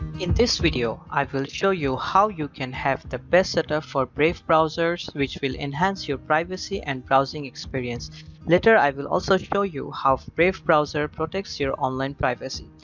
in this video, i will show you how you can have the best set of for brave browsers which will enhance your privacy and browsing experience later, i will also show you how brave browser protects your online privacy.